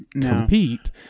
compete